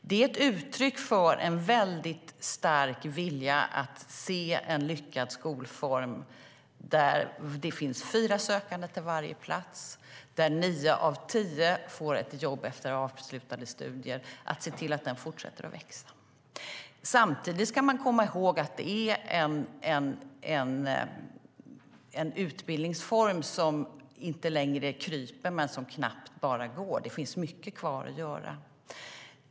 Det är ett uttryck för en väldigt stark vilja att se till att en lyckad skolform - där det finns fyra sökande till varje plats och där nio av tio får ett jobb efter avslutade studier - fortsätter att växa. Samtidigt ska man komma ihåg att det är en utbildningsform som inte längre kryper men som knappt bara går - det finns mycket kvar att göra.